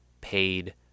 paid